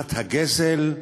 ירושת הגזל?